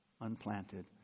unplanted